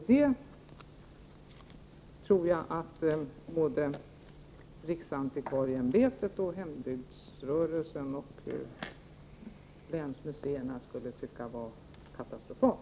Jag tror att både riksantikvarieämbetet, hembygdsrörelsen och länsmuseerna skulle tycka att det var katastrofalt.